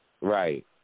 Right